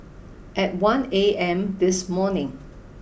at one A M this morning